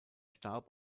starb